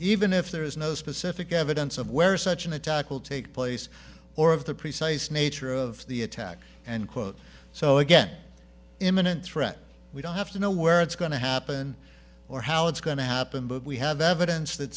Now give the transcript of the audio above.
even if there is no specific evidence of where such an attack will take place or of the precise nature of the attack and quote so again imminent threat we don't have to know where it's going to happen or how it's going to happen but we have evidence that